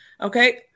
Okay